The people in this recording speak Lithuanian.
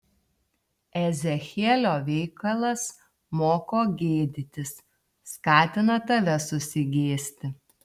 ezechielio veikalas moko gėdytis skatina tave susigėsti